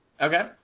Okay